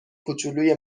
کوچولوی